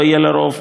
לא יהיה לו רוב,